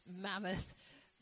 mammoth